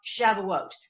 shavuot